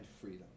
freedom